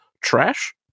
trash